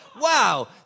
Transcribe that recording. wow